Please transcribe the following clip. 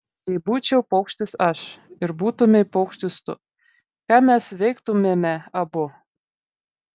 jei būčiau paukštis aš ir būtumei paukštis tu ką mes veiktumėme abu